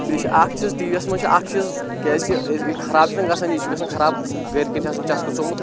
بیٚیہِ چھِ اَکھ چیٖز ٹی وی یَس منٛز چھِ اکھ چیٖز کیٛازِکہِ ییٚلہِ خراب چھِنا گژھان یہِ چھِ گژھان خراب گرِکٮ۪ن چھِ آسان چَسکہٕ ژومُت